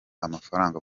amafaranga